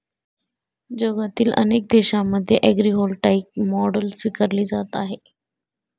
जगातील अनेक देशांमध्ये ॲग्रीव्होल्टाईक मॉडेल स्वीकारली जात आहे